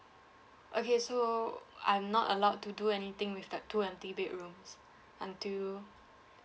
okay so I'm not allowed to do anything with that two empty bedrooms until